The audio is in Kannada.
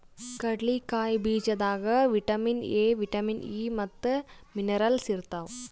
ಕಡ್ಲಿಕಾಯಿ ಬೀಜದಾಗ್ ವಿಟಮಿನ್ ಎ, ವಿಟಮಿನ್ ಇ ಮತ್ತ್ ಮಿನರಲ್ಸ್ ಇರ್ತವ್